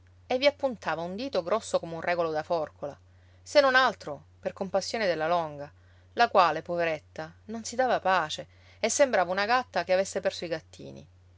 e vi appuntava un dito grosso come un regolo da forcola se non altro per compassione della longa la quale poveretta non si dava pace e sembrava una gatta che avesse perso i gattini